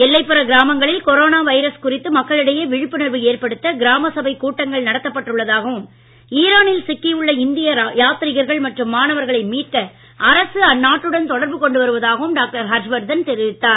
எல்லைப்புற கிராமங்களில் corona virus குறித்து மக்களிடையே விழிப்புணர்வு ஏற்படுத்த கிராம சபை கூட்டங்கள் நடத்தப் பட்டுள்ளதாகவும் ஈரானில் சிக்கி உள்ள இந்திய யாத்திரிகர்கள் மற்றும் மாணவர்களை மீட்க அரசு அந்நாட்டுடன் தொடர்பு கொண்டுவருவதாகவும் டாக்டர் ஹர்ஷவர்தன் கூறினார்